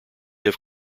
have